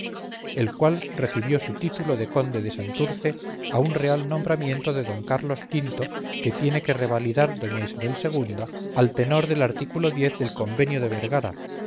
el cual debió su título de conde de santurce a un real nombramiento de don carlos v que tiene que revalidar doña isabel ii al tenor del artículo del convenio de vergara